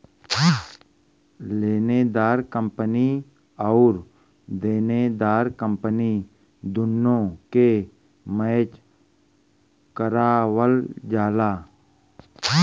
लेनेदार कंपनी आउर देनदार कंपनी दुन्नो के मैच करावल जाला